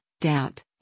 doubt